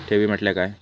ठेवी म्हटल्या काय?